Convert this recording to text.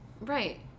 Right